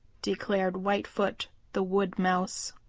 declared whitefoot the wood mouse.